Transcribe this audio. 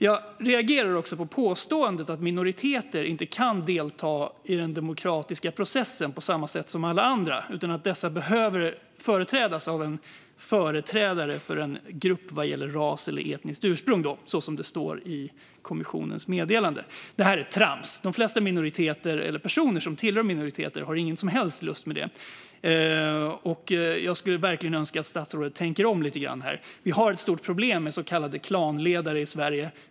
Jag reagerar också på påståendet att minoriteter inte kan delta i den demokratiska processen på samma sätt som alla andra utan att dessa behöver företrädas av en företrädare för en grupp vad gäller ras eller etniskt ursprung, så som det står i kommissionens meddelande. Detta är trams. De flesta minoriteter eller personer som tillhör minoriteter har ingen som helst lust med detta. Jag skulle verkligen önska att statsrådet tänker om lite grann här. Vi har ett stort problem med så kallade klanledare i Sverige.